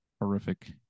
horrific